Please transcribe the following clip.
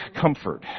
comfort